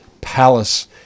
palace